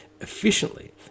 efficiently